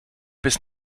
bis